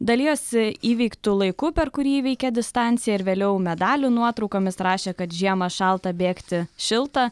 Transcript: dalijosi įveiktu laiku per kurį įveikė distanciją ir vėliau medalių nuotraukomis rašė kad žiemą šalta bėgti šilta